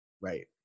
right